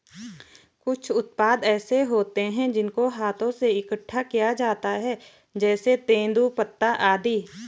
कुछ उत्पाद ऐसे होते हैं जिनको हाथों से इकट्ठा किया जाता है जैसे तेंदूपत्ता आदि